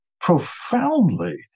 profoundly